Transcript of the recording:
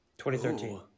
2013